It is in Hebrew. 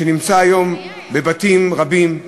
שנמצאים היום בבתים רבים.